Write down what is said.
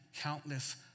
countless